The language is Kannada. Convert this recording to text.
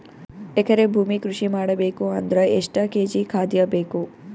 ಎಕರೆ ಭೂಮಿ ಕೃಷಿ ಮಾಡಬೇಕು ಅಂದ್ರ ಎಷ್ಟ ಕೇಜಿ ಖಾದ್ಯ ಬೇಕು?